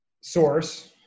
source